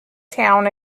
town